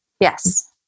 Yes